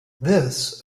this